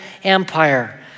Empire